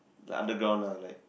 like underground lah like